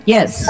Yes